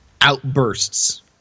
outbursts